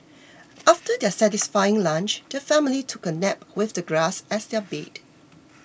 after their satisfying lunch the family took a nap with the grass as their bed